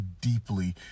deeply